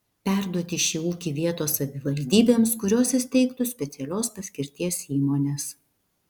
perduoti šį ūkį vietos savivaldybėms kurios įsteigtų specialios paskirties įmones